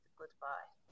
goodbye